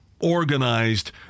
organized